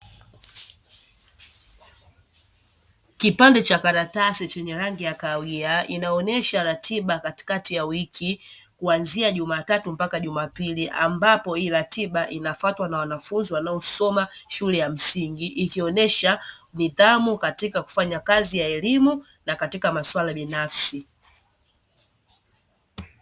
Kipande cha karatasi chenye rangi ya kahawia, inaonyesha ratiba katikati ya wiki kuanzia jumatatu mpaka jumapili, ambapo hii ratiba inafatwa na wanafunzi wanaosoma shule ya msingi, ikionesha nidhamu katika kufanya kazi ya elimu na katika masuala binafsi.